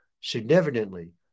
significantly